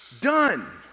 Done